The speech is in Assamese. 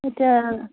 এতিয়া